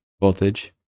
Voltage